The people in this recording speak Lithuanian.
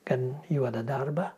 gan juodą darbą